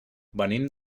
venim